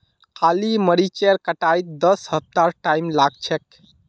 काली मरीचेर कटाईत दस हफ्तार टाइम लाग छेक